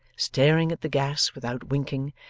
staring at the gas without winking,